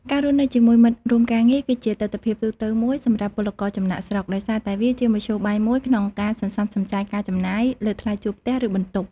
ការរស់នៅជាមួយមិត្តរួមការងារគឺជាទិដ្ឋភាពទូទៅមួយសម្រាប់ពលករចំណាកស្រុក ដោយសារតែវាជាមធ្យោបាយមួយក្នុងការ សន្សំសំចៃការចំណាយ លើថ្លៃជួលផ្ទះ ឬបន្ទប់ ។